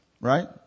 right